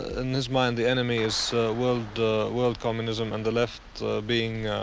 in this mind the enemy is world world communism and the left being